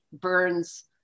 burns